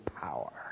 power